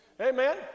amen